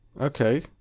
Okay